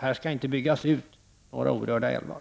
Här skall inte byggas ut några orörda älvar!